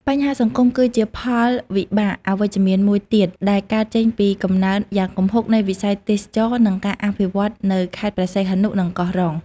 បញ្ហាសង្គម គឺជាផលវិបាកអវិជ្ជមានមួយទៀតដែលកើតចេញពីកំណើនយ៉ាងគំហុកនៃវិស័យទេសចរណ៍ និងការអភិវឌ្ឍន៍នៅខេត្តព្រះសីហនុ និងកោះរ៉ុង។